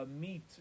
meat